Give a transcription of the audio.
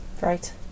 Right